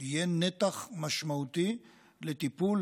יהיה נתח משמעותי לטיפול